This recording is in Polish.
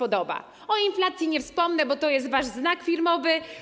O inflacji nie wspomnę, bo to jest wasz znak firmowy.